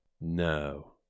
No